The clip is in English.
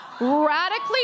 radically